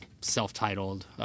self-titled